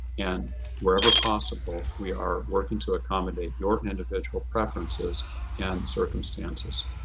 and wherever possible, we are working to accommodate your and individual preferences and circumstances.